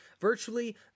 Virtually